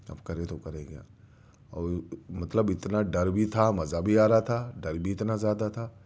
اب کریں تو کریں کیا اور آ مطلب اتنا ڈر بھی تھا مزہ بھی آ رہا تھا ڈر بھی اتنا زیادہ تھا